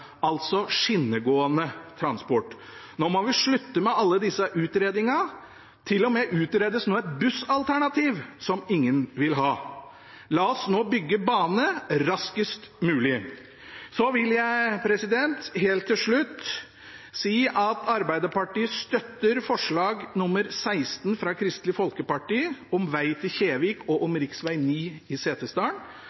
altså skinnegående transport. Nå må vi slutte med alle disse utredningene – nå utredes det til og med et bussalternativ som ingen vil ha. La oss nå bygge bane – raskest mulig. Til slutt vil jeg si at Arbeiderpartiet støtter forslag nr. 16, fra Kristelig Folkeparti, om veg til Kjevik og